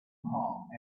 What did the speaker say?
home